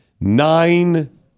nine